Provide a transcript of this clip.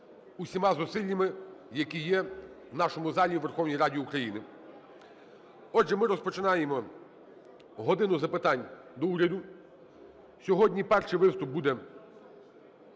усіма зусиллями, які є в нашому залі у Верховній Раді України. Отже, ми розпочинаємо "годину запитань до Уряду". Сьогодні перший виступ буде